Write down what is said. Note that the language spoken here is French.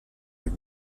avec